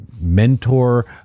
mentor